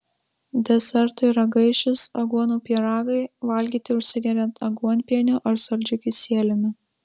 desertui ragaišis aguonų pyragai valgyti užsigeriant aguonpieniu ar saldžiu kisieliumi